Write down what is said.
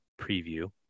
preview